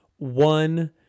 one